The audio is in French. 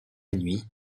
nuit